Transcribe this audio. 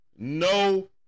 No